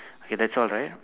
okay that's all right